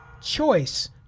Choice